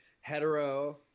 hetero